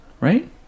Right